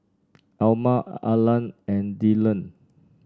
Elma Allan and Dillan